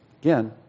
Again